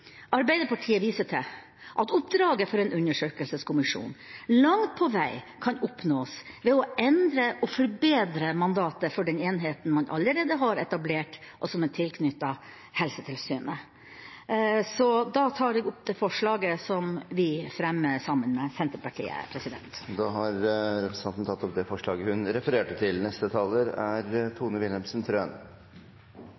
Arbeiderpartiet viser til at oppdraget for en undersøkelseskommisjon langt på vei kan oppnås ved å endre og forbedre mandatet for den enheten man allerede har etablert, og som er tilknyttet Helsetilsynet. Så da tar jeg opp det forslaget som vi fremmer sammen med Senterpartiet. Representanten Tove Karoline Knutsen har tatt opp det forslaget hun refererte til.